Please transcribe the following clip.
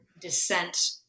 descent